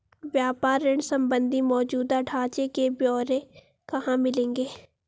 व्यापार ऋण संबंधी मौजूदा ढांचे के ब्यौरे कहाँ मिलेंगे?